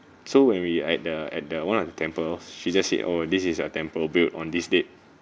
so when we at the at the one of the temple she just said oh this is a temple built on this date